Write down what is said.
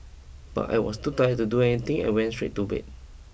but I was too tired to do anything and went straight to bed